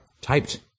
typed